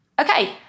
okay